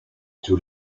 two